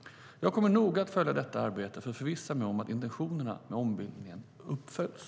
Jag kommer att noga följa detta arbete för att förvissa mig om att intentionerna med ombildningen uppfylls.